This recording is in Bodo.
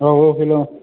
औ औ हेल'